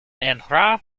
andhra